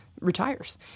retires